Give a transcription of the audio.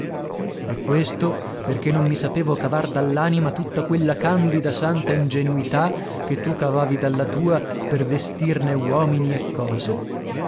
valore e questo perché non mi sapevo cavar dall'anima tutta quella candida santa ingenuità che tu cavavi dalla tua per vestirne uomini e cose